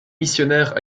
missionnaires